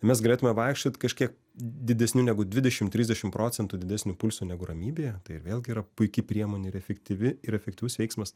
mes galėtume vaikščioti kažkiek didesniu negu dvidešimt trisdešimt procentų didesniu pulsu negu ramybėje tai vėlgi yra puiki priemonė yra efektyvi ir efektyvus veiksmas